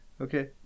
Okay